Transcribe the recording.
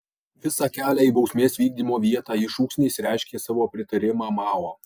visą kelią į bausmės vykdymo vietą ji šūksniais reiškė savo pritarimą mao